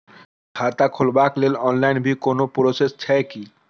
खाता खोलाबक लेल ऑनलाईन भी कोनो प्रोसेस छै की?